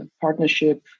partnership